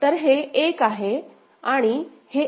तर हे 1 आहे आणि हे 1 आहे